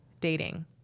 Dating